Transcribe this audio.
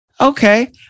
okay